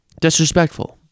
disrespectful